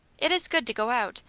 it is good to go out,